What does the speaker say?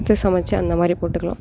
சமைச்சு அந்தமாதிரி போட்டுக்கலாம்